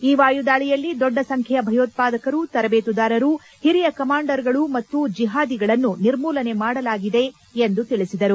ಈ ವಾಯುದಾಳಿಯಲ್ಲಿ ದೊಡ್ಡ ಸಂಖ್ಡೆಯ ಭಯೋತ್ವಾದಕರು ತರಬೇತುದಾರರು ಹಿರಿಯ ಕಮಾಂಡರ್ಗಳು ಮತ್ತು ಜಿಹಾದಿಗಳನ್ನು ನಿರ್ಮೂಲನೆ ಮಾಡಲಾಗಿದೆ ಎಂದು ತಿಳಿಸಿದರು